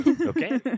Okay